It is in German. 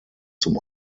zum